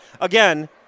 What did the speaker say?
Again